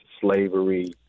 slavery